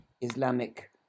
islamic